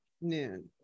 Noon